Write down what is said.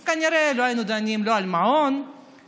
אז כנראה לא היינו דנים לא על מעון ולא